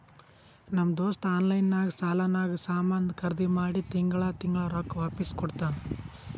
ನಮ್ ದೋಸ್ತ ಆನ್ಲೈನ್ ನಾಗ್ ಸಾಲಾನಾಗ್ ಸಾಮಾನ್ ಖರ್ದಿ ಮಾಡಿ ತಿಂಗಳಾ ತಿಂಗಳಾ ರೊಕ್ಕಾ ವಾಪಿಸ್ ಕೊಡ್ತಾನ್